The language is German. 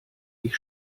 ich